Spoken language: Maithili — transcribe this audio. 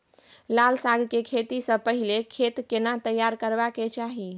लाल साग के खेती स पहिले खेत केना तैयार करबा के चाही?